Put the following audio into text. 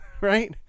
right